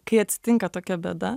kai atsitinka tokia bėda